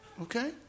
Okay